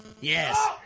Yes